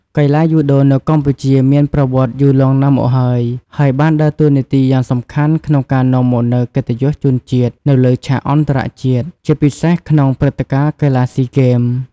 កីឡាយូដូនៅកម្ពុជាមានប្រវត្តិយូរលង់ណាស់មកហើយ ហើយបានដើរតួនាទីយ៉ាងសំខាន់ក្នុងការនាំមកនូវកិត្តិយសជូនជាតិនៅលើឆាកអន្តរជាតិ ជាពិសេសក្នុងព្រឹត្តិការណ៍កីឡាស៊ីហ្គេម ។